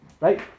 right